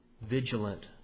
vigilant